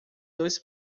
dois